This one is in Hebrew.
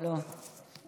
לא.